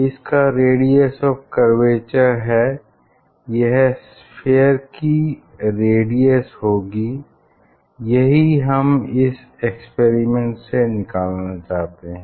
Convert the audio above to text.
इस का radius of curvature है यह स्फीयर की रेडियस होगी यही हम इस एक्सपेरिमेंट से निकालना चाहते हैं